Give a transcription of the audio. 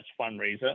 fundraiser